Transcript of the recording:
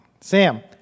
Sam